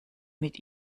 mit